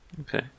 Okay